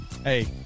Hey